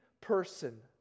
person